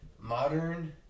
modern